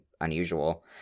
unusual